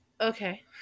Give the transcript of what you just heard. Okay